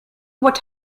what